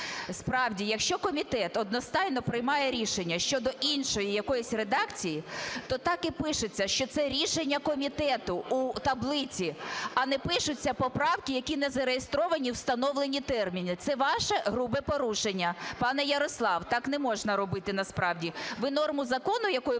Справді, якщо комітет одностайно приймає рішення щодо іншої якоїсь редакції, то так і пишеться, що це рішення комітету у таблиці, а не пишуться поправки, які не зареєстровані в встановлені терміни. Це ваше грубе порушення. Пане Ярослав, так не можна робити, насправді. Ви норму закону, якою